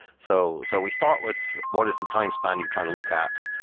so so we start with what is the time span you're trying to look at,